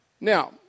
Now